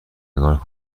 نگار